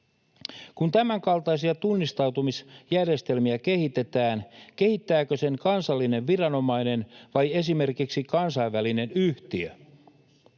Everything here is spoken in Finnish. Kun tämänkaltaisia tunnistautumisjärjestelmiä kehitetään, kehittääkö sen kansallinen viranomainen vai esimerkiksi kansainvälinen yhtiö?